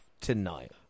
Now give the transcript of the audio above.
tonight